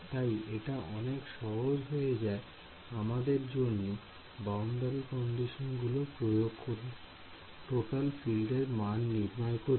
তাই এটা অনেক সহজ হয়ে যায় আমাদের জন্য বাউন্ডারি কন্ডিশন গুলো প্রয়োগ করছে টোটাল ফিল্ড নির্ণয় করতে